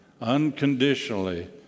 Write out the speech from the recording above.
unconditionally